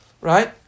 Right